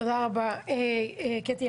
תודה רבה, קטי.